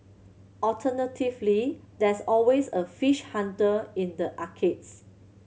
alternatively there's always a Fish Hunter in the arcades